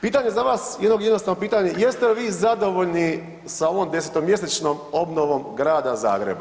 Pitanje za vas, jedno jednostavno pitanje, jeste li vi zadovoljni sa ovom 10-mjesečnom obnovom Grada Zagreba?